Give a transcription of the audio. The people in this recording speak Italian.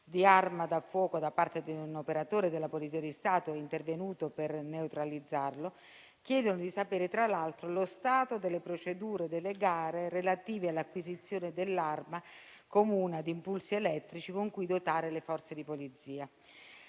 di arma da fuoco da parte di un operatore della Polizia di Stato intervenuto per neutralizzarlo, chiedono di sapere tra l'altro lo stato delle procedure delle gare relative all'acquisizione dell'arma comune ad impulsi elettrici con cui dotare le Forze di polizia.